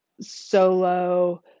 solo